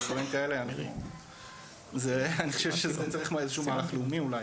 אני חושב שצריך איזשהו מערך לאומי אולי